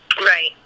Right